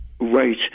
Right